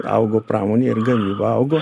augo pramonė ir gamyba augo